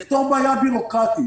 צודק.